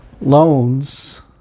loans